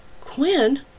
Quinn